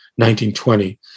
1920